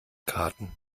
karten